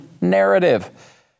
narrative